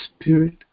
spirit